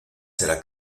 será